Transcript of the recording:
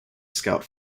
scout